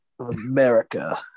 America